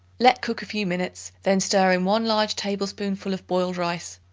let cook a few minutes, then stir in one large tablespoonful of boiled rice.